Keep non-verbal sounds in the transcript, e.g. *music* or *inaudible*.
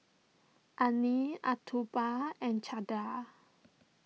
Anil *unintelligible* and Chandra